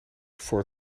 voor